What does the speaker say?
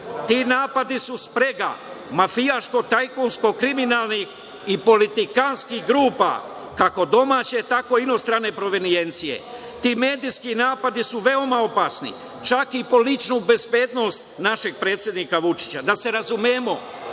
Ti napadi su sprega mafijaško-tajkunsko kriminalnih i politikantskih grupa, kako domaće tako i inostrane provenijencije. Ti medijski napadi su veoma opasni, čak i po ličnu bezbednost našeg predsednika Vučića. Da se razumemo,